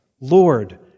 Lord